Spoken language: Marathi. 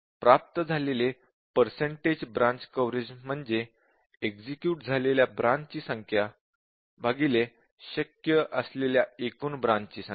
प्राप्त झालेले पर्सेन्टज ब्रांच कव्हरेज म्हणजे एक्सक्यूट झालेल्या ब्रांचची संख्या शक्य असलेल्या एकूण ब्रांच ची संख्या